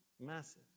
Massive